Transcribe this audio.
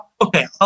okay